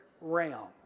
realm